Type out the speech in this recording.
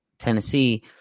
Tennessee